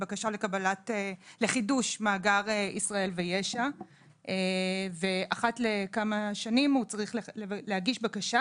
בקשה לחידוש מאגר ישראל ויש"ע ואחת לכמה שנים הוא צריך להגיש בקשה,